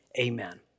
amen